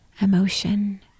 Emotion